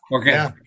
Okay